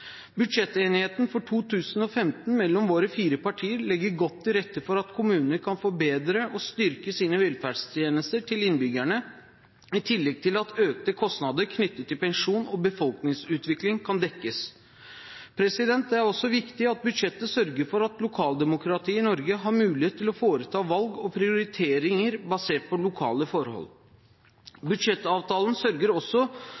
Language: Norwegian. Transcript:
Budsjettenigheten for 2015 mellom våre fire partier legger godt til rette for at kommuner kan forbedre og styrke sine velferdstjenester for innbyggerne, i tillegg til at økte kostnader knyttet til pensjon og befolkningsutvikling kan dekkes. Det er også viktig at budsjettet sørger for at lokaldemokratiet i Norge har mulighet til å foreta valg og prioriteringer basert på lokale forhold. Budsjettavtalen sørger også